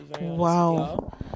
Wow